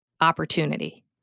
opportunity